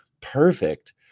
Perfect